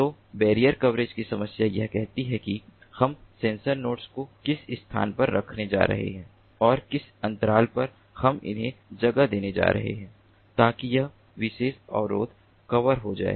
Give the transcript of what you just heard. तो barrier coverage समस्या यह कहती है कि हम सेंसर नोड्स को किस स्थान पर रखने जा रहे हैं और किस अंतराल पर हम उन्हें जगह देने जा रहे हैं ताकि यह विशेष अवरोध कवर हो जाए